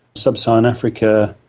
sub-saharan africa,